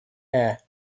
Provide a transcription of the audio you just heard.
air